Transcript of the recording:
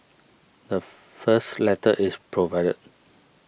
the first letter is provided